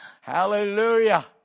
Hallelujah